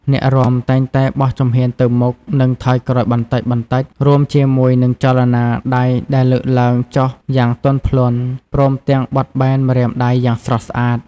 អ្នករាំតែងតែបោះជំហានទៅមុខ និងថយក្រោយបន្តិចៗ រួមជាមួយនឹងចលនាដៃដែលលើកឡើងចុះយ៉ាងទន់ភ្លន់ ព្រមទាំងបត់បែនម្រាមដៃយ៉ាងស្រស់ស្អាត។